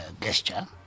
gesture